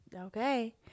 Okay